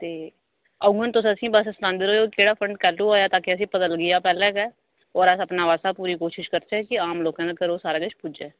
ते उ'आं तुस असेंगी सनांदे र'वेओ केह्ड़ा फंड कैलूं आया ताकि असेंगी पता लग्गी जा पैहलें गै और अस अपने पासेआ पूरी कोशश करचै कि आम लोकें तगर ओह् सारा किश पुज्जै